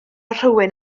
rhywun